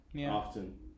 often